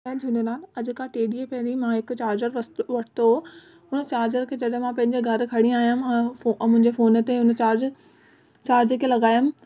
जय झूलेलाल अॼु खां टे ॾींहं पहिरीं मां हिकु चार्जर वस वरितो हुओ हुन चार्जर खे जॾहिं मां पंहिंजे घरु खणी आयमि ऐं फ़ मुंहिंजे फ़ोन ते हुन चार्ज चार्ज खे लॻायमि